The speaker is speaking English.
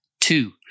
two